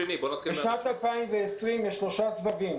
בשנת 2020 יש שלושה סבבים.